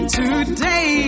today